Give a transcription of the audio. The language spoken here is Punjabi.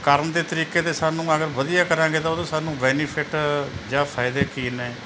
ਕਰਨ ਦੇ ਤਰੀਕੇ ਤਾਂ ਸਾਨੂੰ ਅਗਰ ਵਧੀਆ ਕਰਾਂਗੇ ਤਾਂ ਉਹਦੇ ਸਾਨੂੰ ਬੈਨੀਫਿਟ ਜਾਂ ਫ਼ਾਇਦੇ ਕੀ ਨੇ